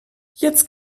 jetzt